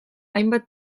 hainbat